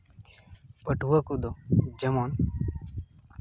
ᱯᱟᱹᱴᱷᱩᱣᱟᱹ ᱠᱚᱫᱚ ᱡᱮᱢᱚᱱ